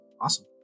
Awesome